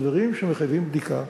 אלה דברים שמחייבים בדיקה.